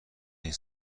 این